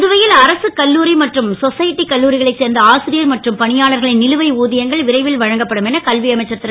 புதுவை ல் அரசு கல்லூரி மற்றும் சொசைட்டி கல்லூரிகளைச் சேர்ந்த ஆசிரியர் மற்றும் பணியாளர்களின் லுவை ஊ யங்கள் விரைவில் வழங்கப்படும் என கல்வி அமைச்சர் ரு